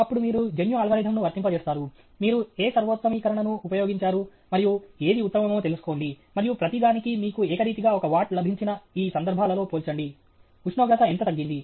అప్పుడు మీరు జన్యు అల్గోరిథంను వర్తింపజేస్తారు మీరు ఏ సర్వోత్తమీకరణను ఉపయోగించారు మరియు ఏది ఉత్తమమో తెలుసుకోండి మరియు ప్రతిదానికీ మీకు ఏకరీతిగా ఒక వాట్ లభించిన ఈ సందర్భాలతో పోల్చండి ఉష్ణోగ్రత ఎంత తగ్గింది